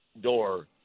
door